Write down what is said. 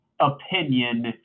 opinion